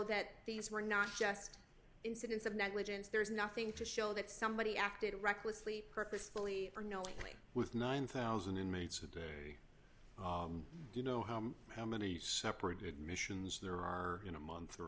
that these were not just incidents of negligence there is nothing to show that somebody acted recklessly purposefully or knowingly with nine thousand inmates a day do you know how how many separate admissions there are in a month or